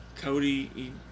Cody